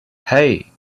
hey